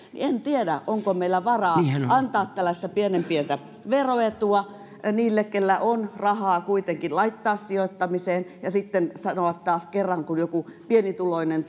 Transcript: niin en tiedä onko meillä varaa antaa tällaista pienen pientä veroetua niille joilla kuitenkin on rahaa laittaa sijoittamiseen ja sitten sanoa taas kerran kun joku pienituloinen